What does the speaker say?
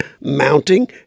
mounting